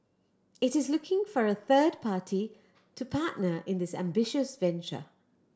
it is looking for a third party to partner in this ambitious venture